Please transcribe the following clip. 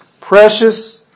Precious